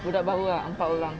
budak baru ah hantar orang